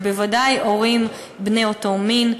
ובוודאי הורים בני אותו מין.